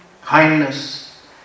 kindness